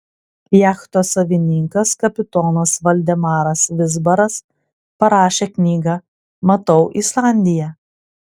jachtos savininkas kapitonas valdemaras vizbaras parašė knygą matau islandiją